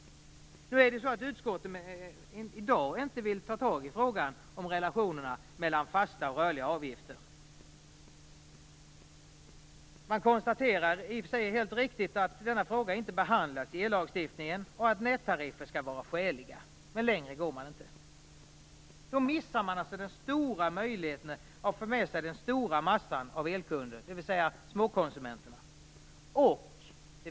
Utskottet vill emellertid inte i dag ta tag i frågan om relationen mellan fasta och rörliga avgifter. Man konstaterar, vilket i och för sig är helt riktigt, att denna fråga inte behandlas i ellagstiftningen och att nättariffer skall vara skäliga. Längre än så går man inte. Men då missar man ju möjligheten att få med sig den stora massan av elkunder, dvs. småkonsumenterna.